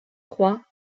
trois